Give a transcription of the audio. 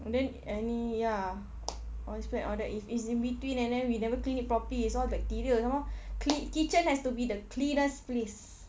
and then any ya all this splat and all that if it's in between and then we never clean it properly is all bacteria some more cle~ kitchen has to be the cleanest place